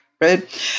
right